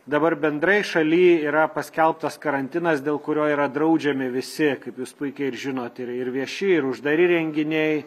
dabar bendrai šaly yra paskelbtas karantinas dėl kurio yra draudžiami visi kaip jūs puikiai ir žinote ir ir vieši ir uždari renginiai